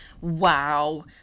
wow